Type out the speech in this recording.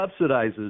subsidizes